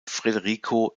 federico